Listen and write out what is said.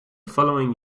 following